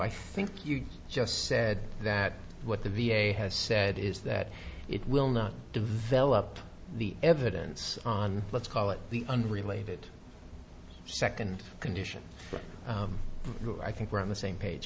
i think you just said that what the v a has said is that it will not develop the evidence on let's call it the unrelated second condition i think we're on the same page